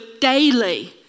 daily